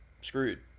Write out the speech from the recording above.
screwed